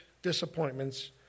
disappointments